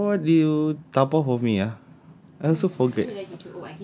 !huh! what what did you dabao for me ah I also forget